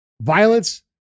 violence